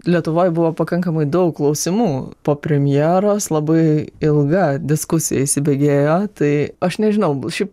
lietuvoj buvo pakankamai daug klausimų po premjeros labai ilga diskusija įsibėgėjo tai aš nežinau šiaip